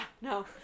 No